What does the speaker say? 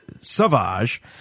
Savage